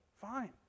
Fine